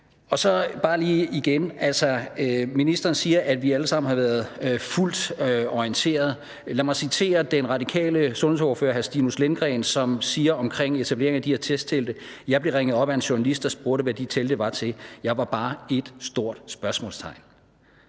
at ske hvad? Så siger ministeren, at vi allesammen var fuldt orienteret. Lad mig citere den radikale sundhedsordfører, hr. Stinus Lindgreen, som siger omkring etablering af de her testtelte: Jeg blev ringet op af en journalist, der spurgte, hvad de telte var til, og jeg var bare ét stort spørgsmålstegn.